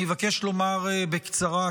אני אבקש לומר בקצרה,